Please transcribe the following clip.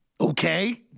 okay